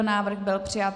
Návrh byl přijat.